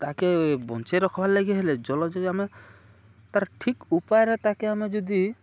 ତାକେ ବଞ୍ଚାଇ ରଖ୍ବାର୍ ଲାଗି ହେଲେ ଜଳ ଯଦି ଆମେ ତା'ର ଠିକ୍ ଉପାୟରେ ତାକେ ଆମେ ଯଦି